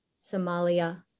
Somalia